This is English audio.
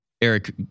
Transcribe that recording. Eric